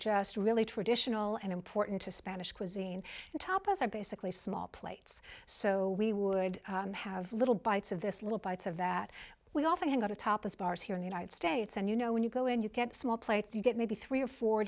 just really traditional and important to spanish cuisine and top us are basically small plates so we would have little bites of this little bites of that we often got a topless bars here in the united states and you know when you go and you get small plates you get maybe three or four